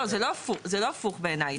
זה לא הפוך בעיניי,